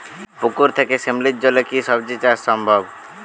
পুকুর থেকে শিমলির জলে কি সবজি চাষ সম্ভব?